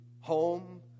home